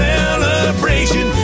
celebration